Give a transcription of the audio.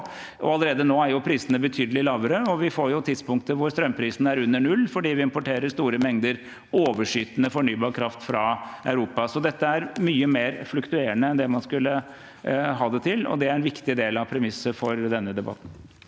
allerede nå er prisene betydelig lavere. Vi får jo tidspunkt da strømprisene er under null, fordi vi importerer store mengder overskytende fornybar kraft fra Europa. Dette er altså mye mer fluktuerende enn det man skal ha det til, og det er en viktig del av premisset for denne debatten.